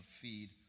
feed